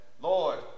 Lord